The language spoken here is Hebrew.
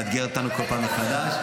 מאתגרת אותנו בכל פעם מחדש,